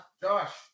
Josh